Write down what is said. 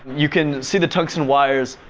you can see the tungsten wires.